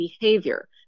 behavior